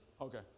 Okay